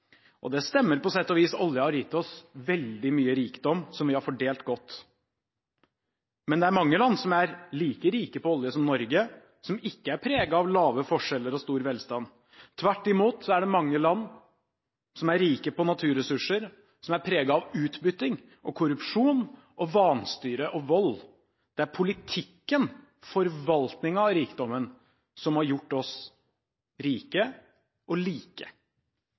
Og det stemmer på sett og vis – oljen har gitt oss veldig mye rikdom som vi har fordelt godt. Men det er mange land som er like rike på olje som Norge, som ikke er preget av lave forskjeller og stor velstand. Tvert imot er det mange land som er rike på naturressurser, som er preget av utbytting, korrupsjon, vanstyre og vold. Det er politikken, forvaltningen av rikdommen, som har gjort oss rike og like.